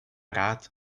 рад